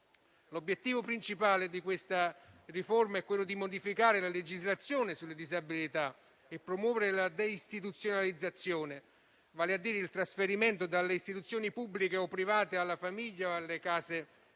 L'obiettivo principale di questa riforma è modificare la legislazione sulle disabilità e promuovere la deistituzionalizzazione, vale a dire il trasferimento dalle istituzioni pubbliche o private alla famiglia o alle case della